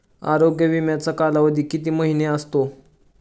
आरोग्य विमाचा कालावधी किती महिने असतो?